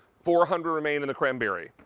four hundred remain in the cranberry.